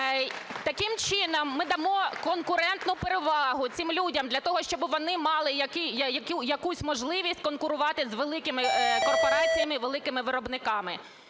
Таким чином ми дамо конкурентну перевагу цим людям, для того щоб вони мали якусь можливість конкурувати з великими корпораціями, великими виробниками.